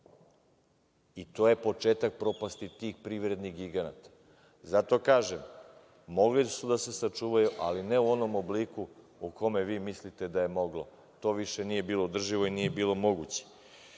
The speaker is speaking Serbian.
To je početak propasti tih privrednih giganata. Zato kažem, mogli su da se sačuvaju, ali ne u onom obliku u kome vi mislite da je moglo. To više nije bilo održivo i nije bilo moguće.